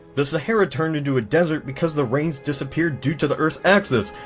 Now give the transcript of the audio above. the sahara turned into a desert because the rains disappeared due to the earth's axis.